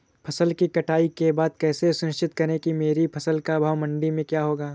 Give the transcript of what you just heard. फसल की कटाई के बाद कैसे सुनिश्चित करें कि मेरी फसल का भाव मंडी में क्या होगा?